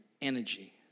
energy